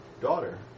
Daughter